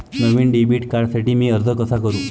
नवीन debit कार्डसाठी मी अर्ज कसा करू?